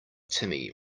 timmy